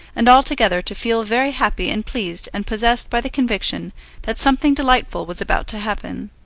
and altogether to feel very happy and pleased and possessed by the conviction that something delightful was about to happen.